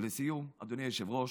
לסיום, אדוני היושב-ראש,